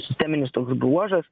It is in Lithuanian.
sisteminis toks bruožas